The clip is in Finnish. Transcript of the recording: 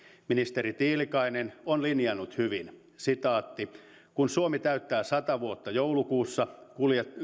ministeri tiilikainen on linjannut hyvin kun suomi täyttää sata vuotta joulukuussa